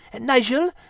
Nigel